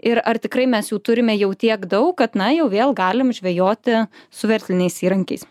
ir ar tikrai mes jų turime jau tiek daug kad na jau vėl galim žvejoti su versliniais įrankiais